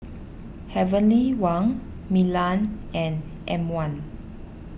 Heavenly Wang Milan and M one